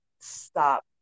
stop